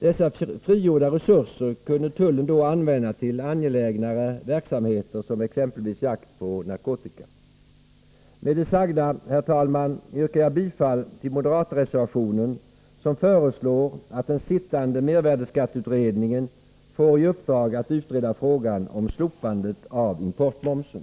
Dessa frigjorda resurser kunde tullen då använda till angelägnare verksamheter, som t.ex. jakt på narkotika. Herr talman! Med det sagda yrkar jag bifall till moderatreservationen, där vi föreslår att den sittande mervärdeskattutredningen får i uppdrag att utreda frågan om slopande av importmomsen.